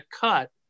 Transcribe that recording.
cut